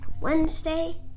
Wednesday